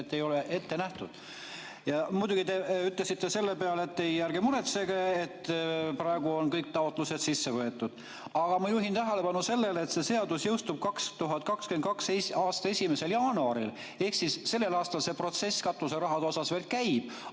et ei ole ette nähtud. Muidugi te ütlesite selle peale, et ärge muretsege, praegu on kõik taotlused sisse võetud. Aga ma juhin tähelepanu sellele, et see seadus jõustub 2022. aasta 1. jaanuaril. Ehk siis sellel aastal see protsess katuserahade osas veel käib,